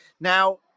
Now